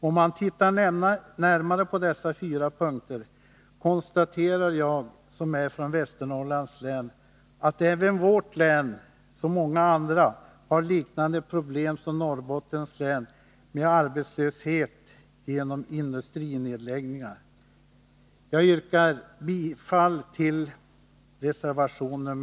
När jag tittar närmare på dessa fyra punkter konstaterar jag — som är från Västernorrlands län — att även vårt län, liksom många andra, har liknande problem som Norrbottens län med arbetslöshet på grund av industrinedläggningar. Jag yrkar bifall till reservation 5.